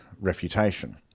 refutation